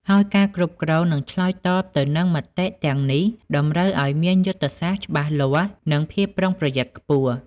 ហើយការគ្រប់គ្រង និងឆ្លើយតបទៅនឹងមតិទាំងនេះតម្រូវឱ្យមានយុទ្ធសាស្ត្រច្បាស់លាស់ និងភាពប្រុងប្រយ័ត្នខ្ពស់។